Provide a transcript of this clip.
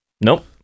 Nope